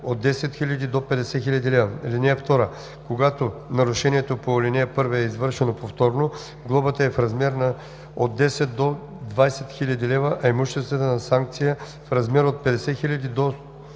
от 10 000 до 50 000 лв. (2) Когато нарушението по ал. 1 е извършено повторно, глобата е в размер от 10 000 до 20 000 лв., а имуществената санкция – в размер от 50 000 до